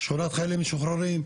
שכונת חיילים משוחררים,